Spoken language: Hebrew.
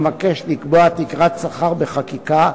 המבקש לקבוע תקרת שכר בחקיקה,